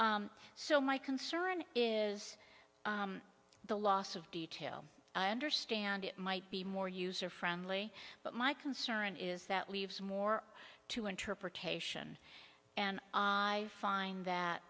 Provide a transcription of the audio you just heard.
so my concern is the loss of detail i understand it might be more user friendly but my concern is that leaves more to interpretation and i find that